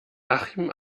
achim